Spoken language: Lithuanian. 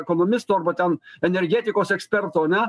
ekonomistų arba ten energetikos eksperto ane